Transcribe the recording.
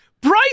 Bryce